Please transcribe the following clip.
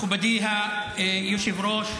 מכובדי היושב-ראש,